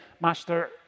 Master